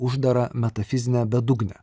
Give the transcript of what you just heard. uždarą metafizinę bedugnę